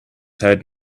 had